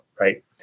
right